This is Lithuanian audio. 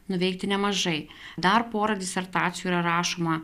nuveikti nemažai dar pora disertacijų yra rašoma